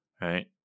right